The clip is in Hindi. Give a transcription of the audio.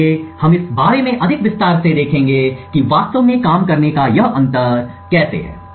इसलिए हम इस बारे में अधिक विस्तार से देखेंगे कि वास्तव में काम करने का यह अंतर कैसे है